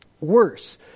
worse